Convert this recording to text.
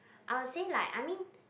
I'll say like I mean